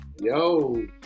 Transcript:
Yo